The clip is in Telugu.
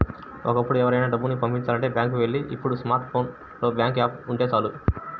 ఒకప్పుడు ఎవరికైనా డబ్బుని పంపిచాలంటే బ్యాంకులకి వెళ్ళాలి ఇప్పుడు స్మార్ట్ ఫోన్ లో బ్యాంకు యాప్ ఉంటే చాలు